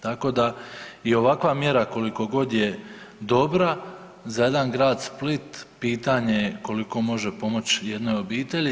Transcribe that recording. Tako da i ovakva mjera koliko god je dobra za jedan grad Split, pitanje je koliko može pomoći jednoj obitelji.